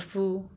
!huh!